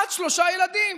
עד שלושה ילדים.